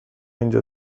اینجا